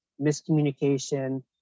miscommunication